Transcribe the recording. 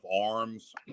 arms